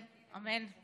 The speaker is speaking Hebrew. כן, אמן.